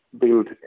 build